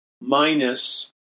minus